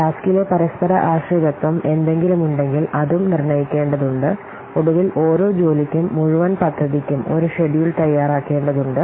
ടാസ്കിലെ പരസ്പര ആശ്രിതത്വം എന്തെങ്കിലുമുണ്ടെങ്കിൽ അതും നിർണ്ണയിക്കേണ്ടതുണ്ട് ഒടുവിൽ ഓരോ ജോലിക്കും മുഴുവൻ പദ്ധതിക്കും ഒരു ഷെഡ്യൂൾ തയ്യാറാക്കേണ്ടതുണ്ട്